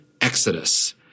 exodus